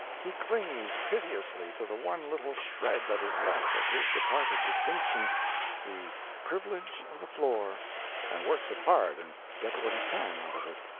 he clings piteously to the one little shred that is left of his departed distinction the privilege of the floor and works it hard and gets what he can out of it.